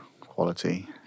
quality